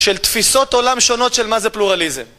של תפיסות עולם שונות של מה זה פלורליזם.